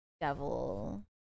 Devil